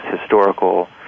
historical